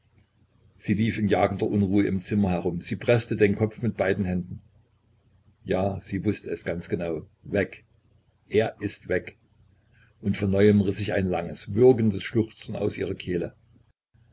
sie lief in jagender unruhe im zimmer herum sie preßte den kopf mit beiden händen ja sie wußte es ganz genau weg er ist weg und von neuem riß sich ein langes würgendes schluchzen aus ihrer kehle